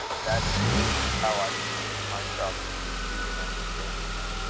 that this is how i seem to myself to succeed in understanding him.